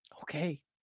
okay